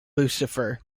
lucifer